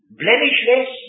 blemishless